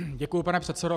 Děkuji, pane předsedo.